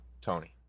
Tony